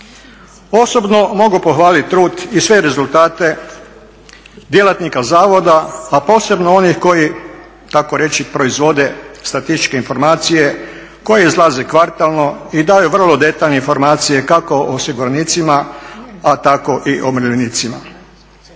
Osobno mogu pohvalit trud i sve rezultate djelatnika zavoda, a posebno onih koji takoreći proizvode statističke informacije koje izlaze kvartalno i daju vrlo detaljne informacije kako o osiguranicima, a tako i o umirovljenicima.